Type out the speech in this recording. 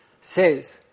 says